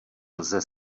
lze